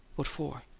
what for?